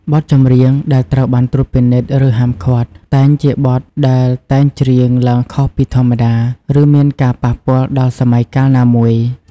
បទចម្រៀងដែលត្រូវបានត្រួតពិនិត្យ ឬហាមឃាត់តែងជាបទដែល តែងច្រៀងឡើងខុសពីធម្មតា ឬមានការប៉ះពាល់ដល់សម័យកាលណាមួយ។